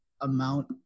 amount